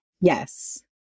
Yes